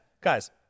guys